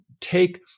take